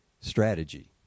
strategy